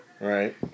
right